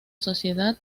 sociedad